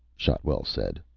shotwell said.